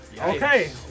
okay